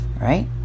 right